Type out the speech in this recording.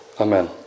Amen